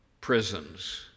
prisons